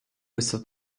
questo